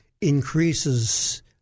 increases